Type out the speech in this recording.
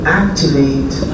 activate